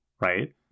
right